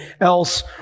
else